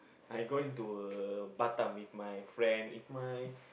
I going to uh Batam with my friend with my